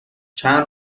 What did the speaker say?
چند